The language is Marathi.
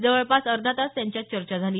जवळपास अर्धा तास त्यांच्यात चर्चा झाली